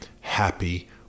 happy